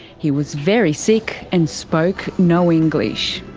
he was very sick and spoke no english.